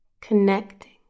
connecting